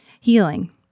healing